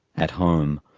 at home.